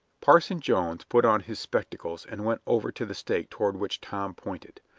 parson jones put on his spectacles and went over to the stake toward which tom pointed.